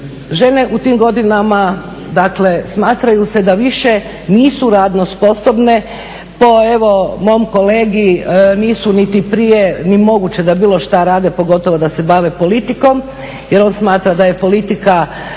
žene u tim godinama smatraju se da više nisu radno sposobne po evo mom kolegi nisu niti prije ni moguće da bilo šta rade pogotovo da se bave politikom jel on smatra da je politika